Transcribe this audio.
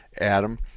Adam